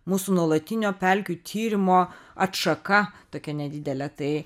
mūsų nuolatinio pelkių tyrimo atšaka tokia nedidelė tai